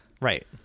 right